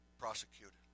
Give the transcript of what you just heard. prosecuted